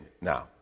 now